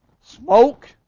smoke